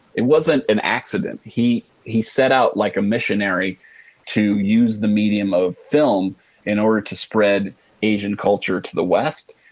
it wasn't an accident. he he set out like a missionary to use the medium of film in order to spread asian culture to the west.